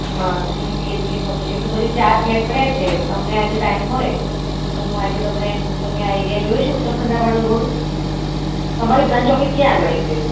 હા three BHK furniture એટલે મારે ચાર ફ્લેટ પડ્યા છે તમને આજે ટાઈમ હોય તો હું આજે તમને તમે આ એરિયા જોયો છે ઉત્તર સંડા વાળો રોડ તમારી બ્રાન્ચ ઓફિસ ક્યાં આગળ છે